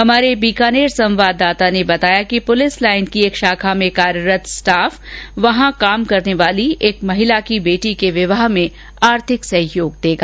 हमारे बीकानेर संवाददाता ने बताया कि पुलिस लाइन की एक शाखा में कार्यरत स्टाफ वहां काम करने वाली एक महिला की बेटी के विवाह में आर्थिक सहयोग देगा